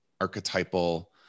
archetypal